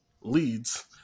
leads